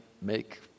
make